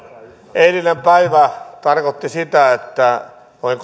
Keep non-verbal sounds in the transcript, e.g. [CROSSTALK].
eilinen päivä tarkoitti sitä että noin [UNINTELLIGIBLE]